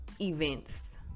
events